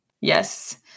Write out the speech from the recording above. Yes